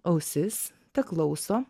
ausis teklauso